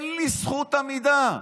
אין לי זכות עמידה.